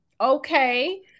okay